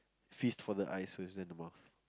feast for the eyes first then the mouth